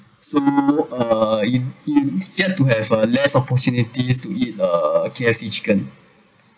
so uh you you get to have a less opportunities to eat uh K_F_C chicken